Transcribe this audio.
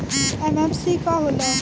MFC का हो़ला?